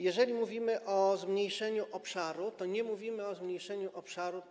Jeżeli mówimy o zmniejszeniu obszaru, to nie mówimy o zmniejszeniu obszaru